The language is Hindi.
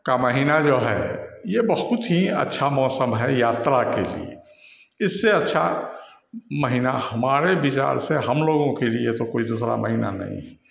का महीना जो है यह बहुत ही अच्छा मौसम है यात्रा के लिए इससे अच्छा महीना हमारे विचार से हमलोगों के लिए तो कोई दूसरा महीना नहीं है